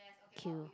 Q